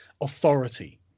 authority